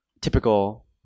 typical